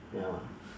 ya lah